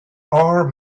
are